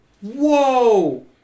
Whoa